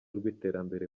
rw’iterambere